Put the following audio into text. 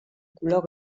color